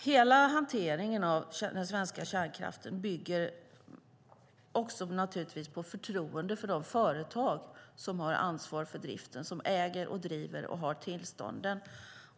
Hela hanteringen av den svenska kärnkraften bygger naturligtvis också på förtroende för de företag som har ansvar för driften, de som äger, driver och har tillstånden.